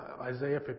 Isaiah